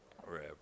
forever